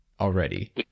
already